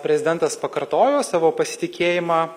prezidentas pakartojo savo pasitikėjimą